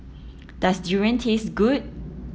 does durian taste good